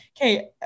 Okay